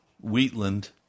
Wheatland